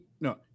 no